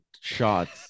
shots